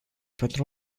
pentru